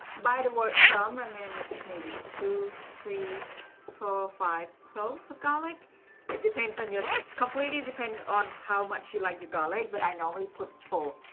by the word some i mean maybe two three four five cloves of garlic it depends on your completely depends on how much you like your garlic but i normally put four.